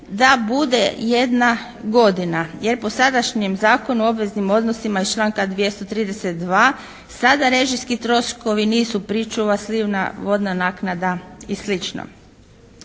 da bude jedna godina jer po sadašnjem Zakonu o obveznim odnosima iz članka 232. sada režijski troškovi nisu pričuva, slivna vodna naknada i